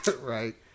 right